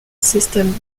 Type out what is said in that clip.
system